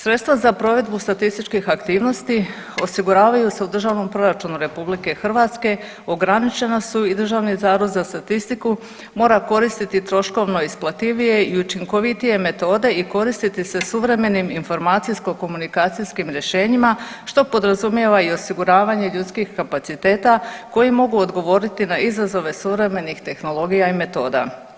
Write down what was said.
Sredstva za provedbu statističkih aktivnosti osiguravaju se u Državnom proračunu RH, ograničena su i Državni zavod za statistiku mora koristiti troškovno isplativije i učinkovitije metode i koristiti se suvremenim informacijsko komunikacijskim rješenjima što podrazumijeva i osiguravanje ljudskih kapaciteta koji mogu odgovoriti na izazove suvremenih tehnologija i metoda.